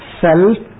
self